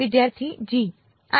વિદ્યાર્થી g